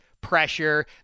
pressure